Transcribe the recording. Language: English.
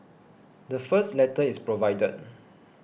the first letter is provided